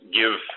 give